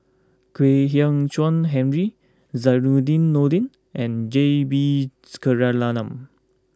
Kwek Hian Chuan Henry Zainudin Nordin and J B Jeyaretnam